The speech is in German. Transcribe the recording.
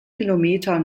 kilometer